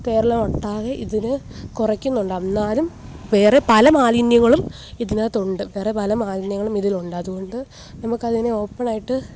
കേരളമൊട്ടാകെ ഇതിന് കുറക്കുന്നുണ്ട് എന്നാലും വേറെ പല മാലിന്യങ്ങളും ഇതിനകത്തുണ്ട് വേറെ പല മാലിന്യങ്ങളും ഇതിലുണ്ട് അതുകൊണ്ട് നമുക്കതിനെ ഓപ്പണായിട്ട്